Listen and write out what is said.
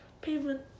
pavement